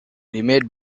remade